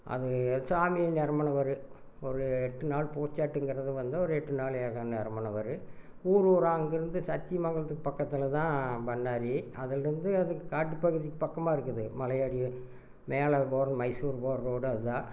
அது சாமி வரும் ஒரு எட்டு நாள் பூச்சாட்டுங்கறது வந்து ஒரு எட்டு நாள் ஏக நேரமான வரும் ஊர் ஊராக அங்குருந்து சத்தியமங்கலத்துக்கு பக்கத்துலதான் பண்ணாரி அதுலருந்து அதுக்கு காட்டுப்பகுதிக்கு பக்கமாகருக்குது மலையடி மேலே போகற மைசூர் போகற ரோடு அதான்